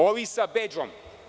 Ovi sa bedžom.